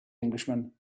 englishman